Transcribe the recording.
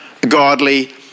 godly